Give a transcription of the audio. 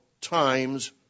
Times